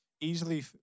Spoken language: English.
easily